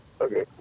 okay